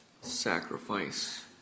sacrifice